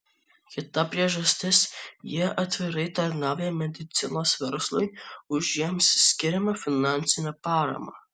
kita priežastis jie atvirai tarnauja medicinos verslui už jiems skiriamą finansinę paramą